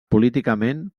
políticament